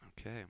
Okay